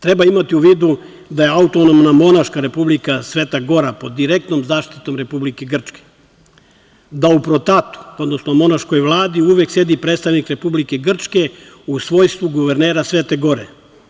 Treba imati u vidu da je Autonomna monaška Republika Sveta Gora pod direktnom zaštitom Republike Grčke, da u PROTAT-u, odnosno monaškoj vladi uvek sedi predstavnik Republike Grčke u svojstvu guvernera Svete Gore.